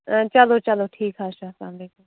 چلو چلو ٹھیٖک حظ چھُ اسلام علیکُم